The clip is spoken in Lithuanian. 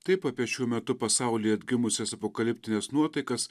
taip apie šiuo metu pasaulyje atgimusias apokaliptines nuotaikas